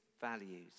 values